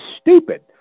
stupid